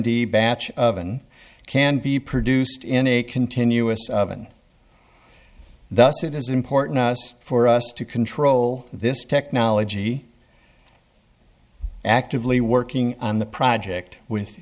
d batch of and can be produced in a continuous oven thus it is important for us to control this technology actively working on the project with